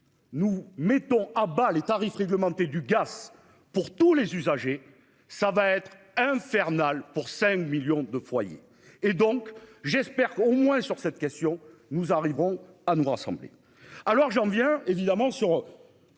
Nous mettons à bas les tarifs réglementés du gaz pour tous les usagers, ça va être infernal pour 5 millions de foyers et donc j'espère qu'au moins sur cette question, nous arrivons à nous rassembler. Alors j'en viens évidemment sur.